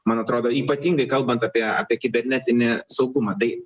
man atrodo ypatingai kalbant apie apie kibernetinį saugumą tai